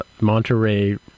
Monterey